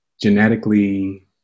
genetically